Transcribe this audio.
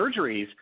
surgeries